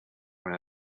when